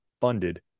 funded